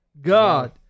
God